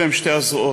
אלה הן שתי הזרועות.